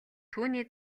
түүний